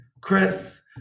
Chris